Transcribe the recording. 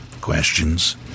Questions